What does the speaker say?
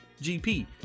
GP